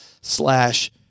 slash